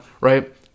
right